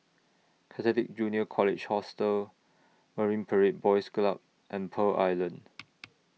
Catholic Junior College Hostel Marine Parade Boys Club and Pearl Island